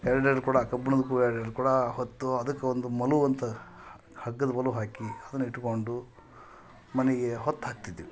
ಎರಡು ಎರಡು ಕೊಡ ಕಬ್ಣದ ಎರಡೆರಡು ಕೊಡ ಹೊತ್ತು ಅದಕ್ಕೆ ಒಂದು ಮಲುವಂತ ಹಗ್ಗದ ಮಲು ಹಾಕಿ ಅದನ್ನು ಇಟ್ಟುಕೊಂಡು ಮನೆಗೆ ಹೊತ್ತು ಹಾಕ್ತಿದ್ವಿ